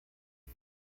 four